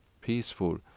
Peaceful